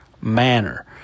manner